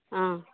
অঁ